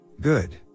Good